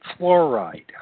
fluoride